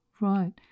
Right